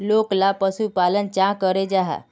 लोकला पशुपालन चाँ करो जाहा?